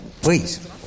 please